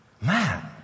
Man